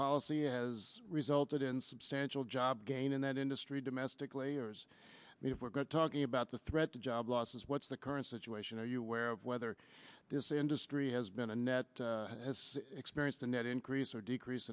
policy has resulted in substantial job gain in that industry domestically yours if we're going talking about the threat to job losses what's the current situation are you aware of whether this industry has been a net as experienced a net increase or decrease